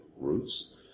roots